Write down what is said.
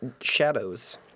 shadows